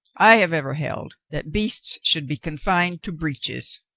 i have ever held that beasts should be confined to breeches,